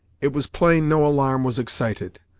it was plain no alarm was excited,